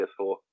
PS4